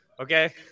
Okay